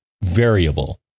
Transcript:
variable